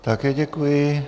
Také děkuji.